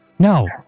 No